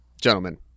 Gentlemen